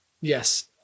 Yes